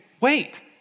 wait